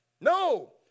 No